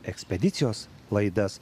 ekspedicijos laidas